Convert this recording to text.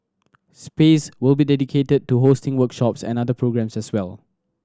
space will be dedicated to hosting workshops and other programmes as well